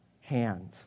hand